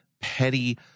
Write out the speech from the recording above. petty